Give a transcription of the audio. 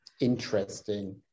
interesting